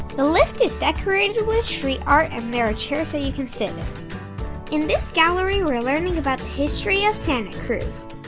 the lift is decorated with street art, and there are chairs that you can sit in. in this gallery we're learning about the history of santa cruz.